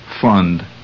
fund